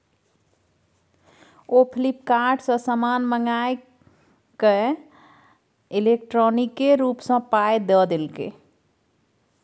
ओ फ्लिपकार्ट सँ समान मंगाकए इलेक्ट्रॉनिके रूप सँ पाय द देलकै